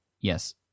yes